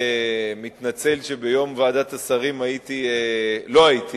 אני מתנצל על כך שביום כינוס ועדת השרים לא הייתי